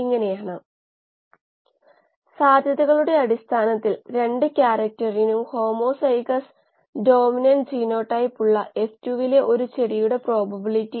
നമ്മൾ സൂചിപ്പിച്ചതുപോലെ സൂക്ഷ്മ പരിസ്ഥിതി പ്രധാനമാണ് കാരണം കോശങ്ങൾ ആണ് യഥാർത്ഥ വ്യവസായ ശാലകൾ അത് സൂക്ഷ്മ പരിസ്ഥിതിയെ സ്വാധീനിക്കുന്നു